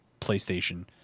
PlayStation